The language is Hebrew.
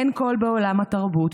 אין קול בעולם התרבות,